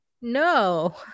no